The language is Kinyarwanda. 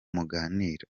muganira